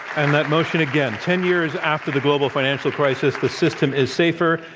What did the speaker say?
and that motion, again, ten years after the global financial crisis, the system is safer,